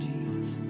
Jesus